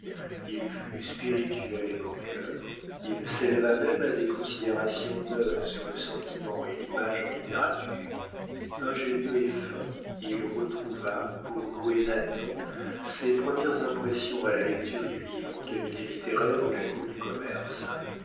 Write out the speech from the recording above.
il fut spirituel et moqueur il s'éleva même à des considérations neuves sur le sentiment et l'image en littérature ingénieux et fin il retrouva pour louer nathan ses premières impressions à la lecture du livre au cabinet littéraire de la cour du commerce